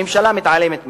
הממשלה מתעלמת מזה.